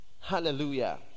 Hallelujah